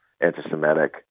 anti-Semitic